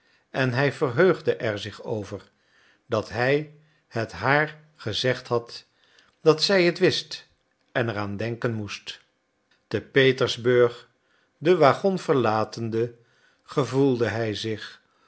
en hij verheugde er zich over dat hij het haar gezegd had dat zij het wist en er aan denken moest te petersburg den waggon verlatende gevoelde hij zich